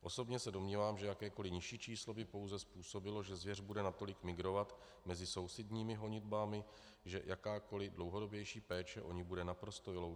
Osobně se domnívám, že jakékoli nižší číslo by pouze způsobilo, že zvěř bude natolik migrovat mezi sousedními honitbami, že jakákoli dlouhodobější péče o ni bude naprosto vyloučena.